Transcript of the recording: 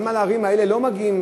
למה לערים האלה לא מגיע?